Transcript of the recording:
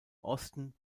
osten